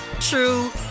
true